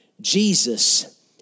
Jesus